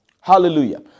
Hallelujah